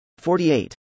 48